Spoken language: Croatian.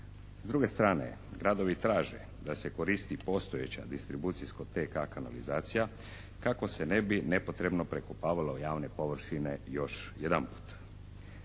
S druge strane gradovi traže da se koristi postojeća distribucijsko-TK kanalizacija kako se ne bi nepotrebno prekopavalo javne površine još jedanput.